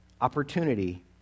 opportunity